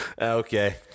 Okay